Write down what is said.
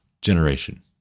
generation